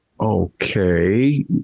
okay